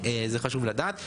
זה חשוב לדעת.